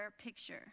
picture